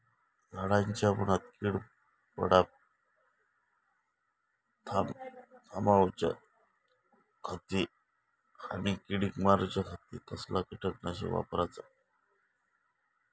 झाडांच्या मूनात कीड पडाप थामाउच्या खाती आणि किडीक मारूच्याखाती कसला किटकनाशक वापराचा?